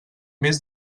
més